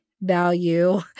value